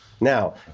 Now